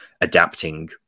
adapting